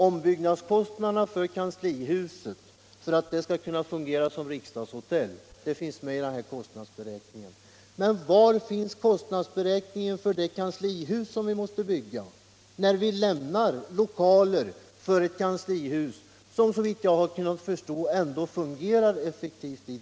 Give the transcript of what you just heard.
Ombyggnadskostnaderna för kanslihuset för att det skall kunna fungera som riksdagshotell finns också med i denna kostnadsberäkning. Men var finns kostnadsberäkningen för det nya kanslihus som vi måste bygga när vi lämnar de kanslihuslokaler som — såvitt jag kan förstå — i dag fungerar effektivt?